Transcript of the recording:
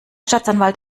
staatsanwalt